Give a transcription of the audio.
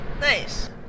nice